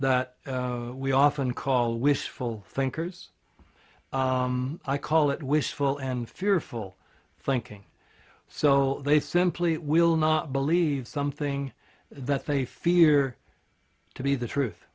that we often call wishful thinkers i call it wishful and fearful thinking so they simply will not believe something that they fear to be the truth